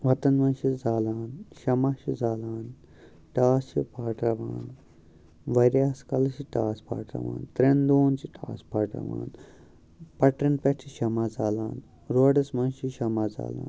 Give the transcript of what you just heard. وَتَن منٛز چھِ زالان شمع چھِ زالان ٹاس چھِ فاٹراوان واریاہَس کالَس چھِ ٹاس فاٹراوان ترٛٮ۪ن دۄہَن چھِ ٹاس فاٹراوان پَٹریٚن پٮ۪ٹھ چھِ شمع زالان روڈَس منٛز چھِ شمع زالان